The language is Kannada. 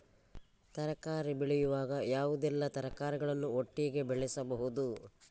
ತರಕಾರಿ ಬೆಳೆಯುವಾಗ ಯಾವುದೆಲ್ಲ ತರಕಾರಿಗಳನ್ನು ಒಟ್ಟಿಗೆ ಬೆಳೆಸಬಹುದು?